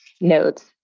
notes